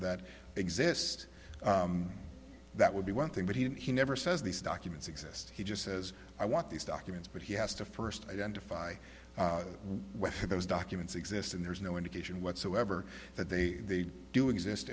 that exist that would be one thing but he never says these documents exist he just says i want these documents but he has to first identify where those documents exist and there's no indication whatsoever that they do exist